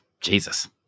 Jesus